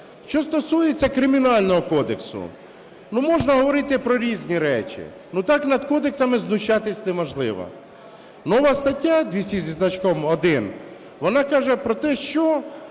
Що стосується Кримінального кодексу, ну, можна говорити про різні речі. Ну, так над кодексами знущатися неможливо. Нова стаття 200-1, вона каже про те, що